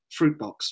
Fruitbox